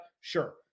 Sure